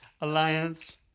alliance